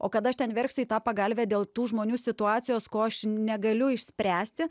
o kad aš ten verksiu į tą pagalvę dėl tų žmonių situacijos ko aš negaliu išspręsti